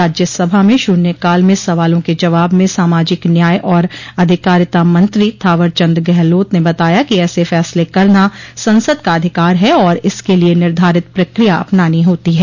राज्यसभा में शून्यकाल में सवालों के जवाब में सामाजिक न्याय और अधिकारिता मंत्री थावरचंद गहलोत ने बताया कि ऐसे फैसले करना संसद का अधिकार है और इसके लिए निर्धारित प्रक्रिया अपनानी होती है